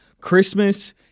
Christmas